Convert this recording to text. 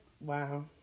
Wow